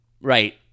right